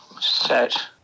set